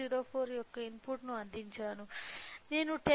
04 యొక్క ఇన్పుట్ను అందించాను నేను 10